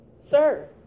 Sir